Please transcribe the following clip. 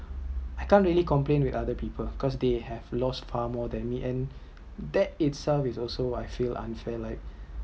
I can’t really complaint with other people because they have lost far more than me and that also I feel unfair like